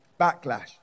backlash